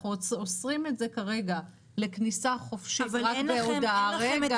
אנחנו אוסרים את זה כרגע לכניסה חופשית רק בהודעה' --- אבל